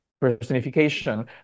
personification